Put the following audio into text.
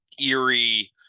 eerie